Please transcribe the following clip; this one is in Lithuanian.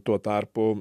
tuo tarpu